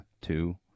Two